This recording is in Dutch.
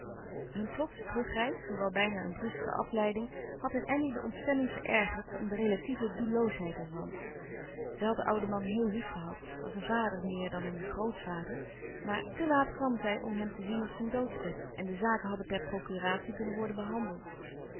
hun plotse terugreis hoewel bijna een bruske afleiding had in elly de ontstemming verergerd om de relatieve doelloosheid er van zij had den ouden man heel lief gehad als een vader meer dan een grotvader maar te laat kwam zij om hem te zien op zijn doodsbed en de zaken hadden per procuratie kunnen worden behandeld